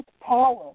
Power